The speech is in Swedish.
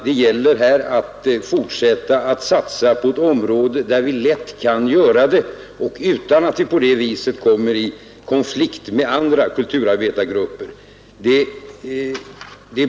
Det gäller att fortsätta att satsa på ett område, där vi lätt kan göra det utan att komma i konflikt med andra kulturarbetargrupper.